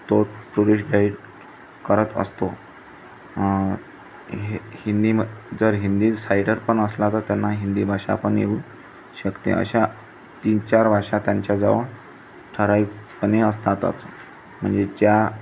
तो tourist guide करत असतो हे हिंदी म जर हिंदी साईडर पण असला तर त्यांना हिंदी भाषा पण येऊ शकते अशा तीन चार भाषा त्यांच्याजवळ ठराविकपणे असतातच म्हणजे ज्या